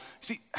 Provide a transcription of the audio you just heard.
See